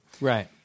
Right